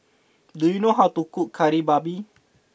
do you know how to cook Kari Babi